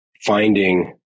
finding